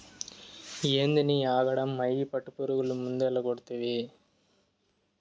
ఏందినీ ఆగడం, అయ్యి పట్టుపురుగులు మందేల కొడ్తివి